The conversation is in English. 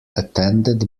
attended